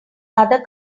other